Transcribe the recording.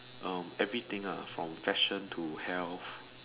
um everything ah from fashion to health